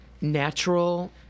natural